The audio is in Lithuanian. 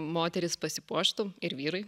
moterys pasipuoštų ir vyrai